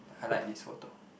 I like this photo